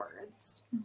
words